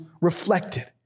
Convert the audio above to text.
reflected